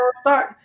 start